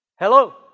Hello